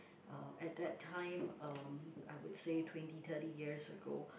uh at that time um I would say twenty thirty years ago